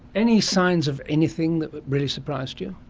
any signs of anything that really surprised you?